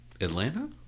Atlanta